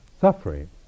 suffering